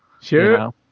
Sure